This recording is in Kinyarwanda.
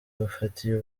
bufatiye